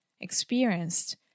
experienced